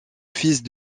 fils